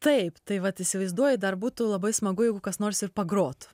taip tai vat įsivaizduoji dar būtų labai smagu jeigu kas nors ir pagrotų